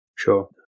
Sure